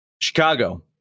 Chicago